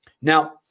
Now